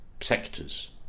sectors